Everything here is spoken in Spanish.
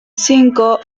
cinco